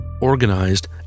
organized